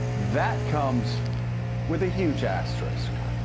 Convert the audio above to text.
that comes with a huge asterisk.